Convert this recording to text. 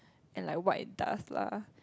and like what it does lah